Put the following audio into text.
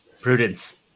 prudence